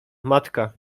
matka